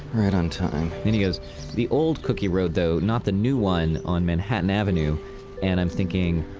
right on time. and he goes the old cookie road though, not the new one on manhattan avenue and i'm thinking,